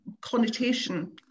connotation